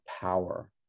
power